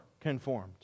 conformed